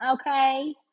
okay